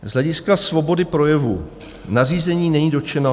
Z hlediska svobody projevu nařízení není dotčeno